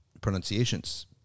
Pronunciations